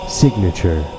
signature